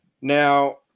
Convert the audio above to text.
Now